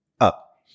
Up